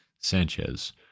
Sanchez